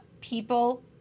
people